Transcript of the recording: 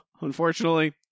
Unfortunately